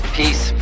peace